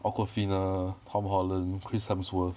awkwafina tom holland chris hemsworth